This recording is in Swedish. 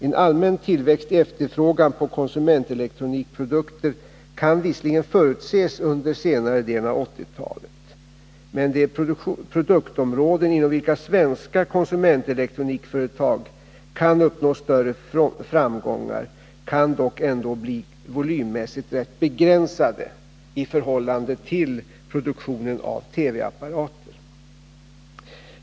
En allmän tillväxt i efterfrågan på konsumentelektronikprodukter kan visserligen förutses under senare delen av 1980-talet, men de produktområden inom vilka svenska elektronikföretag kan uppnå större framgång kan dock bli volymmässigt rätt begränsade i förhållande till produktionen av TV apparater.